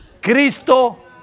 Cristo